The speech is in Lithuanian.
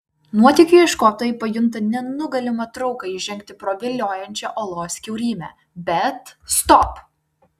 nuotykių ieškotojai pajunta nenugalimą trauką įžengti pro viliojančią olos kiaurymę bet stop